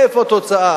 איפה התוצאה?